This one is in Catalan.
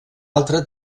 altra